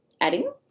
adding